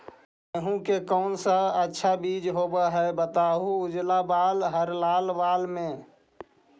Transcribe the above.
गेहूं के कौन सा अच्छा बीज होव है बताहू, उजला बाल हरलाल बाल में?